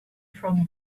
from